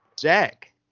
Jack